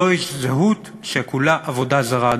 זוהי זהות שכולה עבודה זרה".